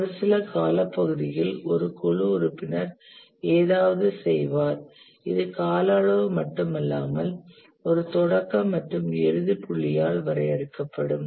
ஒரு சில காலப்பகுதியில் ஒரு குழு உறுப்பினர் ஏதாவது செய்வார் இது கால அளவு மட்டுமல்லாமல் ஒரு தொடக்க மற்றும் இறுதி புள்ளியால் வரையறுக்கப்படும்